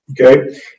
okay